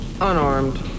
Unarmed